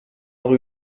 rue